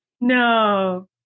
No